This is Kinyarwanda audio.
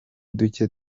duke